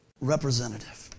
representative